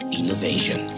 innovation